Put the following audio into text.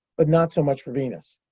but not so much for venus.